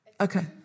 Okay